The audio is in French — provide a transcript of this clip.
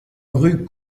rue